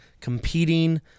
competing